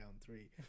three